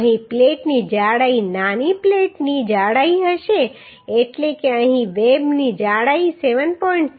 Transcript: અહીં પ્લેટની જાડાઈ નાની પ્લેટની જાડાઈ હશે એટલે કે અહીં વેબની જાડાઈ 7